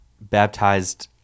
baptized